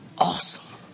Awesome